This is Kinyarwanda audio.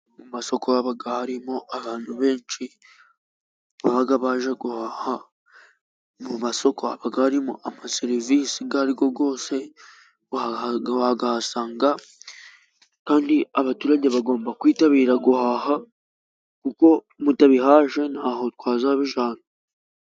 Mu masoko habaga harimo abantu benshi babaga baje guhaha. Mu masoko habaga harimo serivisi izo arizo zose bakazihasanga, kandi abaturage bagomba kwitabira guhaha kuko mutabihashye ntaho twazabajyana.